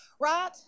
right